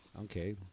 Okay